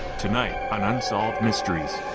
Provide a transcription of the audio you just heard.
tonight on unsolved mysteries.